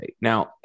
Now